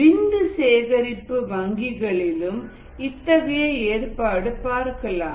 விந்து சேகரிப்பு வங்கிகளிலும் இத்தகைய ஏற்பாடு பார்க்கலாம்